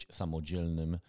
samodzielnym